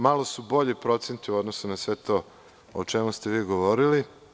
Malo su bolji procenti u odnosu na sve to o čemu ste vi govorili.